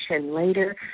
later